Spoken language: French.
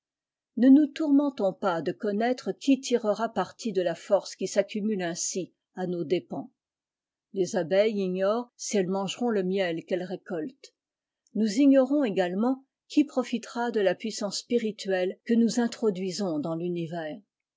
ne nous tourmentons pas de connaître qui tirera parti de la force qui s'accumule ainsi à nos dépens les abeilles ignorent si elles mangeront le miel qu'elles récoltent nous ignorons également qui profitera de la puissance spirituelle que nous introduisons dans funivera